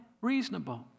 reasonable